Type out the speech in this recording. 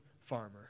farmer